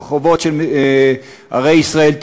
ברחובות ערי ישראל,